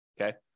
Okay